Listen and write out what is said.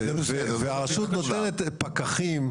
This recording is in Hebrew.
והרשות נותנת פקחים,